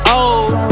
old